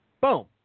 Boom